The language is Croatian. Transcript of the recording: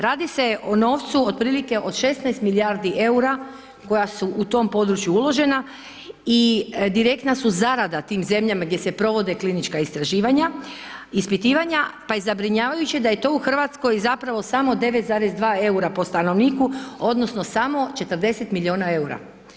Radi se o novcu otprilike od 16 milijardi EUR-a koja su u tom području uložena i direktna su zarada tim zemljama gdje se provode klinička istraživanja, ispitivanja, pa je zabrinjavajuće da je to u Hrvatskoj zapravo samo 9,2 EUR-a po stanovniku odnosno samo 40 miliona EUR-a.